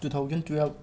two thousand twelve